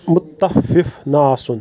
مُتفِف نہ آسُن